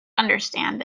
understand